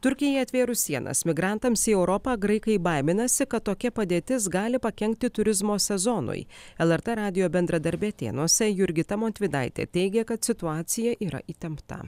turkijai atvėrus sienas migrantams į europą graikai baiminasi kad tokia padėtis gali pakenkti turizmo sezonui lrt radijo bendradarbė atėnuose jurgita montvydaitė teigia kad situacija yra įtempta